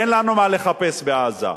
אין לנו מה לחפש בעזה,